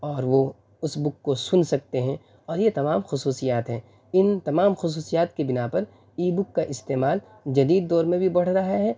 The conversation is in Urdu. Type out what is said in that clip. اور وہ اس بک کو سن سکتے ہیں اور یہ تمام خصوصیات ہیں ان تمام خصوصیات کی بنا پر ای بک کا استعمال جدید دور میں بھی بڑھ رہا ہے